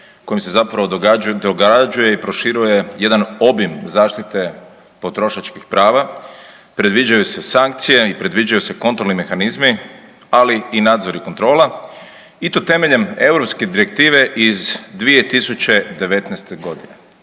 kojim se zapravo dograđuje i proširuje jedan obim zaštite potrošačkih prava, predviđaju se sankcije i predviđaju se kontrolni mehanizmi i nadzori kontrola i to temeljem Europske direktive iz 2019.g.,